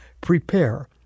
prepare